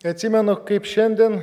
etsimenu kaip šiandien